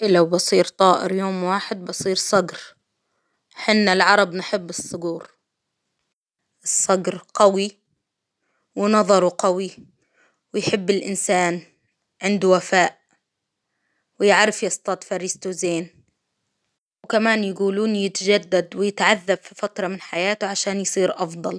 إلا وبصير طائر يوم واحد بصير صجر، إحنا العرب نحب الصجور، الصجر قوي ونظره قوي، ويحب الإنسان عنده وفاء، ويعرف يصطاد فريسته زين، وكمان يجولون يتجدد ويتعذب في فترة من حياته عشان يصير أفضل.